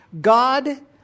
God